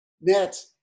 Net